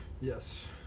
yes